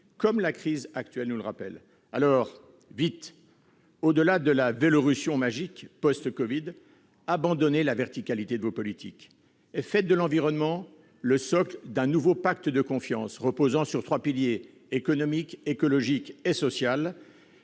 comme la crise actuelle nous le rappelle. Vite, donc, au-delà de la « vélorution » magique post-covid, abandonnez la verticalité de vos politiques et faites de l'environnement le socle d'un nouveau pacte de confiance, reposant sur trois piliers, écologique, économique et social.